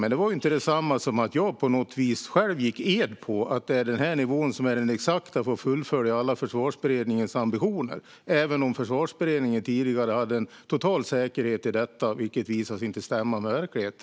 Det är dock inte detsamma som att jag själv gick ed på att detta var den exakta nivån för att fullfölja alla Försvarsberedningens ambitioner - även om Försvarsberedningen tidigare hade en total säkerhet i detta, som visade sig inte stämma med verkligheten.